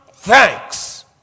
Thanks